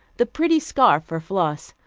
the pretty scarf for floss,